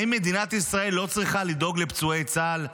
האם מדינת ישראל לא צריכה לדאוג לפצועי צה"ל?